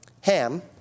Ham